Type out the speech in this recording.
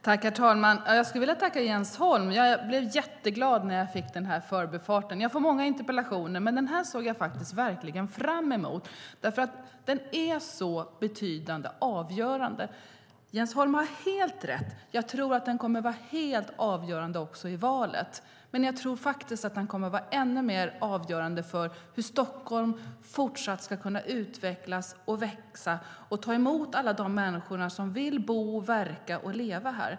Herr talman! Jag vill tacka Jens Holm. Jag blev mycket glad när jag fick interpellationen om förbifarten. Jag får många interpellationer, men den här debatten såg jag verkligen fram emot. Frågan är så betydande och avgörande. Jens Holm har helt rätt i att frågan om förbifarten kommer att vara helt avgörande i valet, men jag tror att den kommer att vara ännu mer avgörande för hur Stockholm i fortsättningen ska utvecklas, växa och ta emot alla de människor som vill bo, verka och leva här.